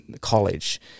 college